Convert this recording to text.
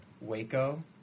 waco